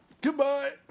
Goodbye